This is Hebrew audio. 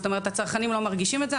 זאת אומרת הצרכנים לא מרגישים את זה,